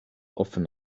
often